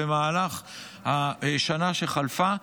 אני יכול להגיד לך שבמהלך השנה שחלפה,